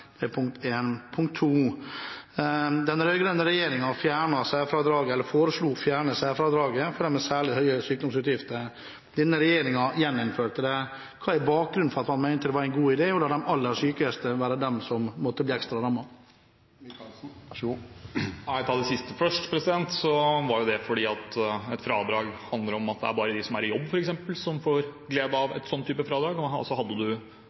Det er punkt 1. Punkt 2: Den rød-grønne regjeringen foreslo å fjerne særfradraget for dem med særlig høye sykdomsutgifter. Denne regjeringen gjeninnførte det. Hva er bakgrunnen for at han mente at det var en god idé å la de aller sykeste være dem som måtte bli ekstra rammet? For å ta det siste først: Det var fordi et fradrag handler om at det er bare dem som er i jobb, som får glede av en slik type fradrag. Hadde man ikke jobb og